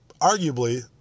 arguably